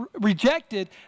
rejected